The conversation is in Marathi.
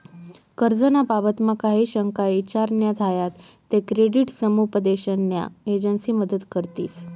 कर्ज ना बाबतमा काही शंका ईचार न्या झायात ते क्रेडिट समुपदेशन न्या एजंसी मदत करतीस